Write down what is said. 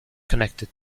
connected